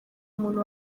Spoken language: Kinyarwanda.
muntu